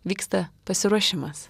vyksta pasiruošimas